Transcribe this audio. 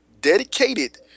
dedicated